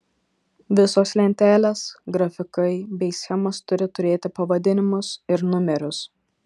visos lentelės grafikai bei schemos turi turėti pavadinimus ir numerius